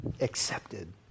accepted